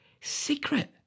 secret